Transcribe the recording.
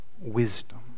wisdom